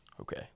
Okay